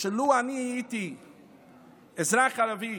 שלו אני הייתי אזרח ערבי,